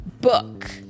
book